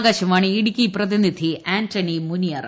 ആ്കാശവാണി ഇടുക്കി പ്രതിനിധി ആന്റണി മുനിയറ്